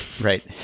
Right